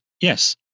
Yes